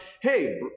hey